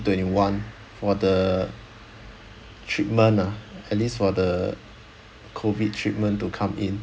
twenty one for the treatment ah at least for the COVID treatment to come in